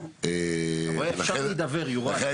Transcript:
אתה רואה אפשר להידבר, יוראי.